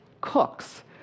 cooks